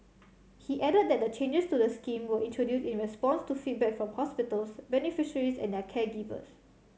he added that the changes to the scheme were introduced in response to feedback from hospitals beneficiaries and their caregivers